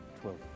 Twelve